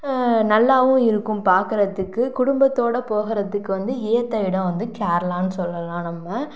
நல்லாவும் இருக்கும் பார்க்குறதுக்கு குடும்பத்தோட போகறதுக்கு வந்து ஏற்ற இடம் வந்து கேரளான்னு சொல்லலாம் நம்ம